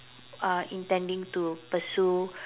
uh intending to persuade